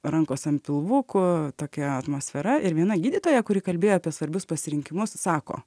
rankos ant pilvukų tokia atmosfera ir viena gydytoja kuri kalbėjo apie svarbius pasirinkimus sako